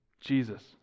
jesus